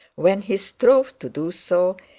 when he strove to do so,